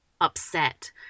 upset